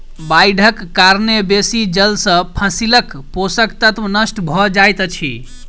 बाइढ़क कारणेँ बेसी जल सॅ फसीलक पोषक तत्व नष्ट भअ जाइत अछि